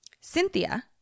Cynthia